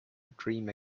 dream